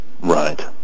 right